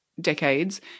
decades –